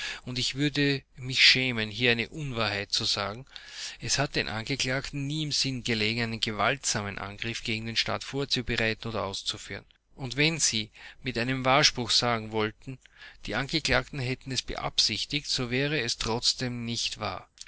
und ich würde mich schämen hier eine unwahrheit zu sagen es hat den angeklagten nie im sinne gelegen einen gewaltsamen angriff gegen den staat vorzubereiten oder auszuführen und wenn sie mit einem wahrspruch sagen wollten die angeklagten hätten es beabsichtigt so wäre es trotzdem nicht wahr